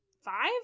Five